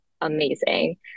amazing